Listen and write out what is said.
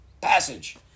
passage